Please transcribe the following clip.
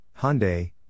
Hyundai